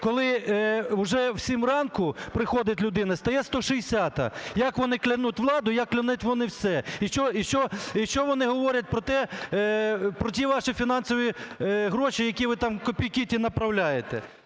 Коли вже в 7 ранку приходить людина і стає 160-а, як вони клянуть владу і як клянуть вони все. І що вони говорять про ті ваші фінансові гроші, які ви там копійки ті направляєте.